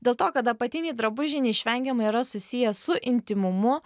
dėl to kad apatiniai drabužiai neišvengiamai yra susiję su intymumu